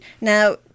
Now